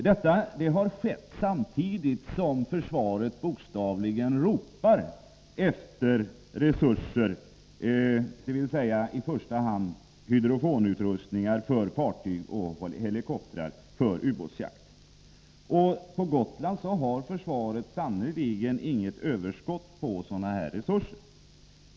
Detta skedde samtidigt som försvaret bokstavligen ropar efter resurser, dvs. i första hand hydrofonutrustning för fartyg och helikoptrar för ubåtsjakt. På Gotland har försvaret sannerligen inget överskott på sådana här resurser.